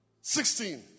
sixteen